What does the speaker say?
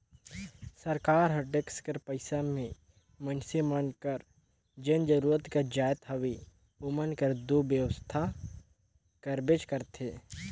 सरकार हर टेक्स कर पइसा में मइनसे मन कर जेन जरूरत कर जाएत हवे ओमन कर दो बेवसथा करबेच करथे